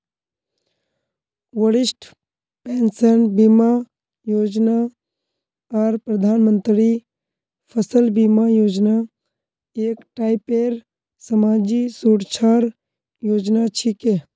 वरिष्ठ पेंशन बीमा योजना आर प्रधानमंत्री फसल बीमा योजना एक टाइपेर समाजी सुरक्षार योजना छिके